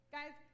Guys